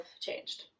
changed